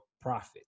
profit